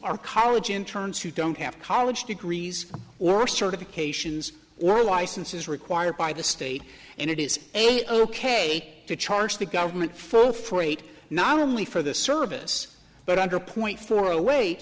are college interns who don't have college degrees or certifications or licenses required by the state and it is a ok to charge the government full freight not only for the service but under point four